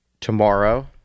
tomorrow